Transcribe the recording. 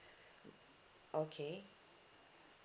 mm okay